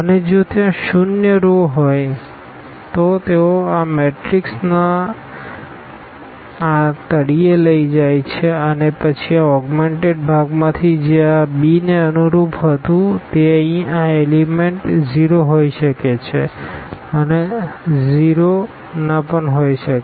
અને જો ત્યાં ઝીરો રોહોય તો તેઓ આ મેટ્રિક્સના આ તળિયે લઈ જાય છે અને પછી આ ઓગ્મેનટેડ ભાગમાંથી જે આ b ને અનુરૂપ હતું તે અહીં આ એલીમેન્ટ 0 હોઈ શકે છે અને 0 ન પણ હોઈ શકે